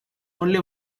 only